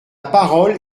parole